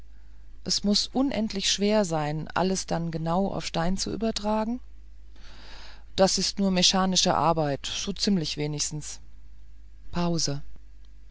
es muß unendlich schwer sein alles dann haargenau auf stein zu übertragen das ist nur mechanische arbeit so ziemlich wenigstens pause